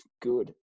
good